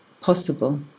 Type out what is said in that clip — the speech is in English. possible